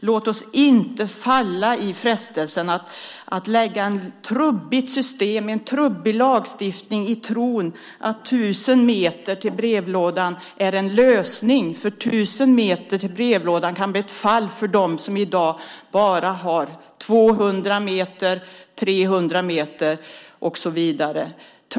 Låt oss inte falla för frestelsen att sätta in ett trubbigt system, en trubbig lagstiftning, i tron att 1 000 meter till brevlådan är en lösning. 1 000 meter till brevlådan kan bli ett fall för dem som i dag bara har 200 eller 300 meter till brevlådan.